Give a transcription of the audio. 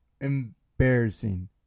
Embarrassing